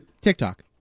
TikTok